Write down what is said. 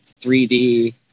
3d